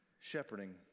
shepherding